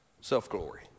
self-glory